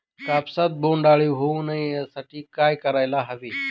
कापसात बोंडअळी होऊ नये यासाठी काय करायला हवे?